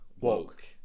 Woke